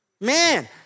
Man